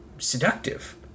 seductive